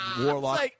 warlock